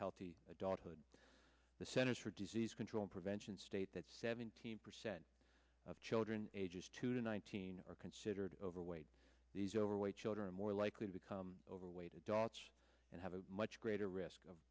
healthy adulthood the centers for disease control prevention state that seventeen percent of children ages two to nineteen considered overweight these overweight children are more likely to become overweight adults and have a much greater risk of